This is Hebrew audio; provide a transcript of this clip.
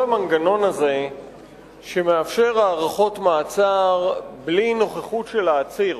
כל המנגנון הזה שמאפשר הארכות מעצר בלי נוכחות של העציר